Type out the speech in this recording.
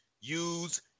use